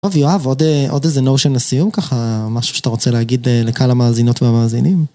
טוב, יואב, עוד איזה... עוד איזה נושן לסיום, ככה... משהו שאתה רוצה להגיד לקהל המאזינות והמאזינים?